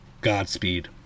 Godspeed